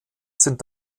sind